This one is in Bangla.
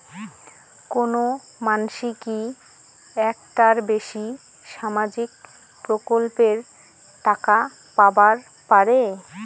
কোনো মানসি কি একটার বেশি সামাজিক প্রকল্পের টাকা পাবার পারে?